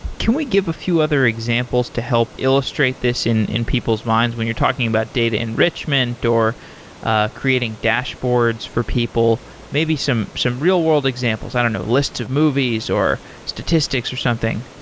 can we give a few other examples to help illustrate this in in people's minds when you're talking about data enrichment or ah creating dashboards for people. maybe some some real-world examples i don't know, list of movies or statistics or something?